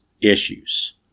issues